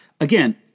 Again